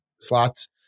slots